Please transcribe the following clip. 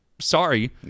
sorry